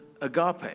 agape